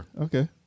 Okay